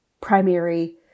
primary